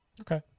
Okay